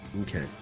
Okay